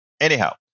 anyhow